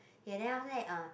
ya then after that uh